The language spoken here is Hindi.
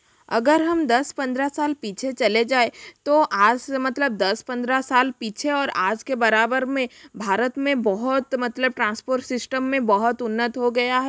अगर हम दस पंद्रह साल पीछे चले जाए तो आज मतलब दस पंद्रह साल पीछे और आज के बराबर में भारत में बहुत मतलब ट्रांसपोर सिस्टम में बहुत उन्नत हो गया है